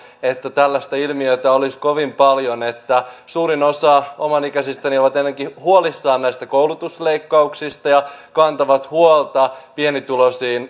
että tällaista ilmiötä olisi kovin paljon suurin osa omanikäisistäni ovat enemmänkin huolissaan näistä koulutusleikkauksista ja kantavat huolta